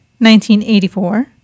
1984